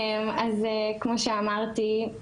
כמו שאמרתי,